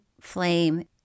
flame